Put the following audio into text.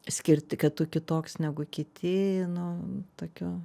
skirti kad tu kitoks negu kiti nu tokio